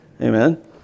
Amen